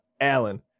Allen